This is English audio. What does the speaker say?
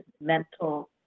mental